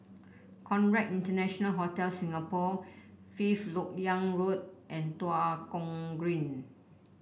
Conrad International Hotel Singapore Fifth LoK Yang Road and Tua Kong Green